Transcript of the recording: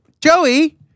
Joey